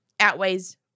outweighs